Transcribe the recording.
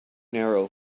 narrow